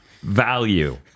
Value